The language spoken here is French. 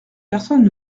personne